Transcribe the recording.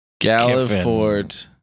Galliford